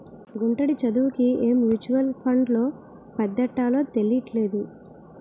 గుంటడి చదువుకి ఏ మ్యూచువల్ ఫండ్లో పద్దెట్టాలో తెలీట్లేదు